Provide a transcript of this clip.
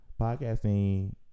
podcasting